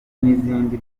n’izindi